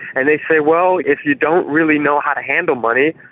and they say, well, if you don't really know how to handle money,